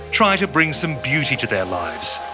try to bring some beauty to their lives,